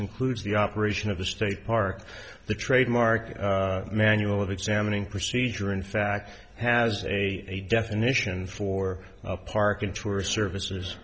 includes the operation of the state park the trademark manual of examining procedure in fact has a definition for a park and tourist services